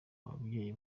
ababyeyi